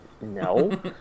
no